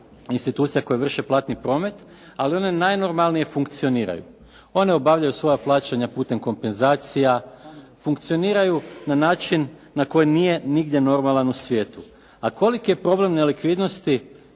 institucija koje vrše platni promet, ali one najnormalnije funkcioniraju. One obavljaju svoja plaćanja putem kompenzacija funkcioniraju na način koji nije nigdje normalan u svijetu. A koliki je problem nelikvidnosti